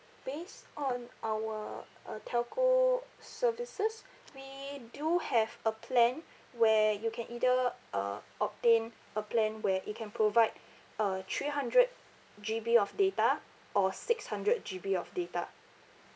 based on our uh telco services we do have a plan where you can either uh obtain a plan where it can provide uh three hundred G_B of data or six hundred G_B of data